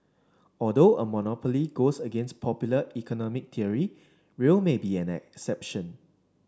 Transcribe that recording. although a monopoly goes against popular economic theory rail may be an exception